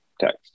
text